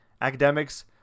academics